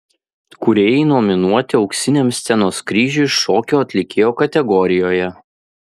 kūrėjai nominuoti auksiniam scenos kryžiui šokio atlikėjo kategorijoje